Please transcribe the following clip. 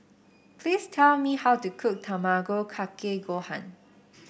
please tell me how to cook Tamago Kake Gohan